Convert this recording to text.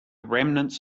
remnants